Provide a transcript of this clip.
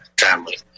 family